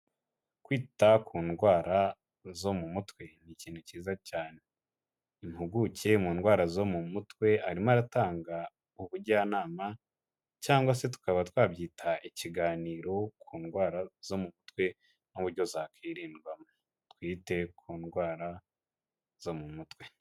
Kwita ku ndwara zo mu mutwe ni ikintu cyiza cyane. Impuguke mu ndwara zo mu mutwe arimo aratanga ubujyanama cyangwa se tukaba twabyita ikiganiro ku ndwara zo mu mutwe n'uburyo zakwirindwa. Twite ku ndwara zo mu mutwe.